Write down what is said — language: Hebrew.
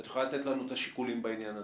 את יכולה לתת לנו את השיקולים בעניין הזה.